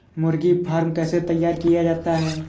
मुर्गी फार्म कैसे तैयार किया जाता है?